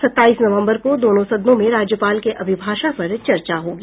सत्ताईस नवम्बर को दोनों सदनों में राज्यपाल के अभिभाषण पर चर्चा होगी